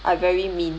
I very mean